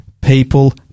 people